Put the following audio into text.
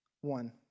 one